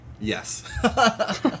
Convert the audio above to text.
Yes